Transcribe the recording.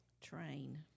Train